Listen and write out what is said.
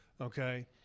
Okay